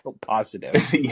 positive